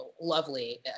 lovely